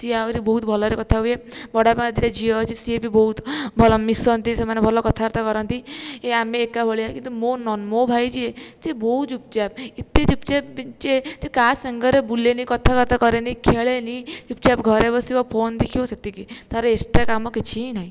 ସିଏ ଆହୁରି ବହୁତ ଭଲରେ କଥା ହୁଏ ବଡ଼ବାପାଙ୍କ ଦୁଇଟା ଝିଅ ଅଛି ସିଏ ବି ବହୁତ ଭଲ ମିଶନ୍ତି ସେମାନେ ଭଲ କଥାବାର୍ତ୍ତା କରନ୍ତି ଏ ଆମେ ଏକା ଭଳିଆ କିନ୍ତୁ ମୋ ନନା ମୋ ଭାଇ ଯିଏ ସିଏ ବହୁତ ଚୁପ୍ଚାପ୍ ଏତେ ଚୁପ୍ଚାପ୍ ଯେ ସିଏ କାହା ସାଙ୍ଗରେ ବୁଲେନି କଥାବାର୍ତ୍ତା କରେନି ଖେଳେନି ଚୁପ୍ଚାପ୍ ଘରେ ବସିବ ଫୋନ୍ ଦେଖିବ ସେତିକି ତାର ଏକ୍ସଟ୍ରା କାମ କିଛି ନାହିଁ